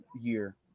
year